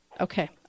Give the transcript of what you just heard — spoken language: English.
Okay